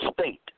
state